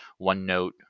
OneNote